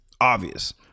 obvious